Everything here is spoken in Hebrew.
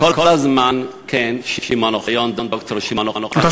כל הזמן, כן, שמעון אוחיון, ד"ר שמעון אוחיון.